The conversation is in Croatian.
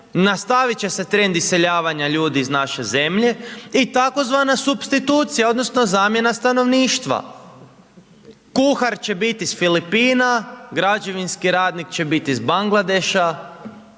nastaviti će se trend iseljavanja ljudi iz naše zemlje i tzv. supstituacija, odnosno zamjena stanovništva. Kuhar će biti s Filipina, građevinski radnik će biti iz Bangladeša,